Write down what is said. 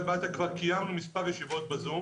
בתיה כבר קיימנו מספר ישיבות ב-זום.